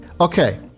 Okay